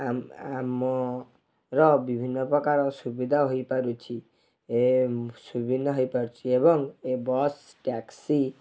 ଆମ ଆମର ବିଭିନ୍ନ ପ୍ରକାର ସୁବିଧା ହୋଇପାରୁଛି ଏ ସୁବିଧା ହେଇପାରୁଛି ଏବଂ ଏ ବସ୍ ଟ୍ୟାକ୍ସି